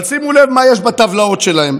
190%. אבל שימו לב מה יש בטבלאות שלהם.